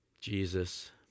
Jesus